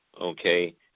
okay